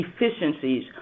efficiencies